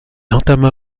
entama